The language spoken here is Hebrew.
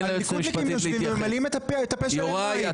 הליכודניקים יושבים וממלאים --- יוראי,